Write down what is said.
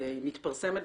זה מתפרסם ברשומות,